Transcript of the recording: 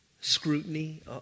scrutiny